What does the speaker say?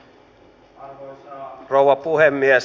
arvoisa rouva puhemies